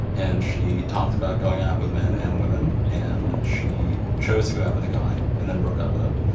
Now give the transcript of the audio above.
and she talked about going out with men and women, and she chose to go out with a guy and then broke up with him.